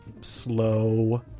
slow